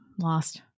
lost